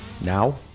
Now